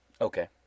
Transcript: Okay